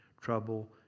trouble